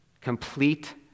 complete